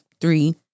three